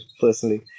personally